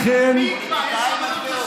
מי יקבע מי תלמיד חכם?